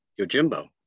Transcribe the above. Yojimbo